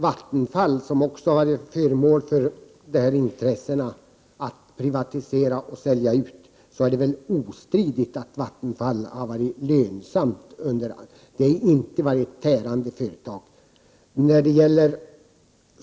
Vattenfall, som också har varit föremål för intressena att privatisera och sälja ut, har ostridigt varit lönsamt. Det har inte varit ett tärande företag.